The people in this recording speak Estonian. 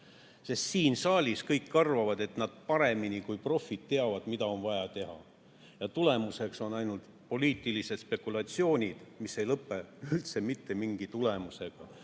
Sest siin saalis kõik arvavad, et nad teavad paremini kui profid, mida on vaja teha, ja tulemuseks on ainult poliitilised spekulatsioonid, mis ei lõpe üldse mitte mingi tulemusega.